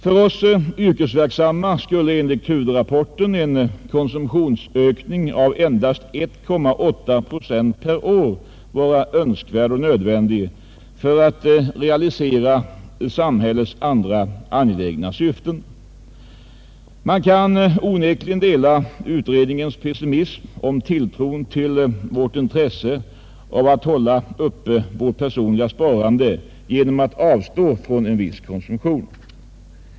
För oss yrkesverksamma skulle enligt huvudrapporten en konsumtionsökning av endast 1,8 procent per år vara önskvärd och nödvändig för att realisera samhällets andra angelägna syften. Man kan onekligen dela utredningens pessimism om vårt intresse av att hålla uppe vårt personliga sparande genom att avstå från en viss konsumtion.